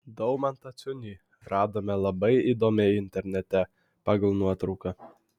daumantą ciunį radome labai įdomiai internete pagal nuotrauką